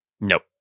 Nope